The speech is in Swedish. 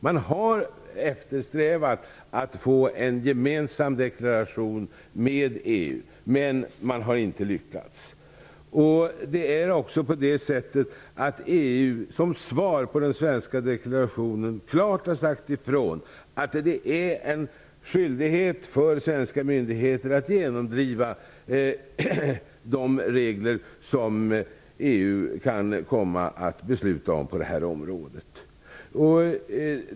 Man har eftersträvat att få en gemensam deklaration med EU, men man har inte lyckats. Som svar på den svenska deklarationen har man i EU klart sagt ifrån att det är en skyldighet för svenska myndigheter att genomdriva de regler som EU kan komma att besluta om på det här området.